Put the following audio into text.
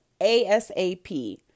ASAP